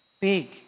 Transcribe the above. big